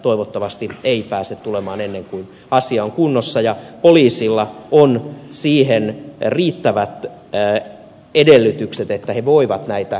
toivottavasti ei pääse tulemaan ennen kuin asia on kunnossa ja poliisilla on siihen riittävät edellytykset että he voivat näitä ennalta ehkäistä